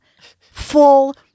full